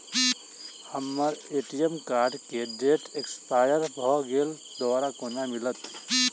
हम्मर ATM card केँ डेट एक्सपायर भऽ गेल दोबारा कोना मिलत?